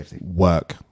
work